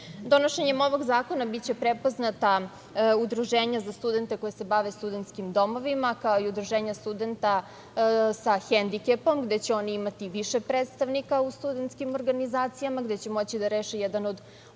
interes. Donošenjem ovog zakona biće prepoznata udruženja za studente koji se bave studentskim domovima, kao i udruženja studenata sa hendikepom, gde će oni imati više predstavnika u studentskim organizacijama, gde će moći da reše jedan od osnovnih